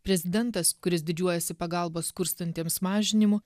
prezidentas kuris didžiuojasi pagalbos skurstantiems mažinimu